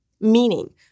meaning